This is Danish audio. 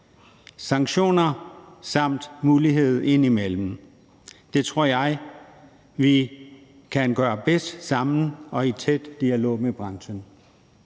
sanktioner samt på muligheder derimellem. Det tror jeg vi kan gøre bedst sammen og i tæt dialog med branchen.